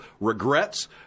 regrets